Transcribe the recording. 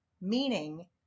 Meaning